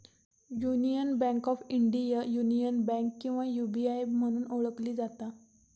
union bank of India, union bank किंवा UBI म्हणून ओळखली जाता